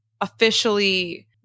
officially